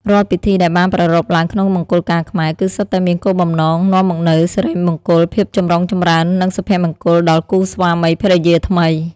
រាល់ពិធីដែលបានប្រារព្ធឡើងក្នុងមង្គលការខ្មែរ គឺសុទ្ធតែមានគោលបំណង នាំមកនូវសិរីមង្គល ភាពចម្រុងចម្រើន និងសុភមង្គល ដល់គូស្វាមីភរិយាថ្មី ។